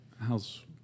How's